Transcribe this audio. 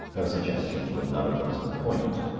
her suggestions were none of them to the point,